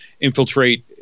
infiltrate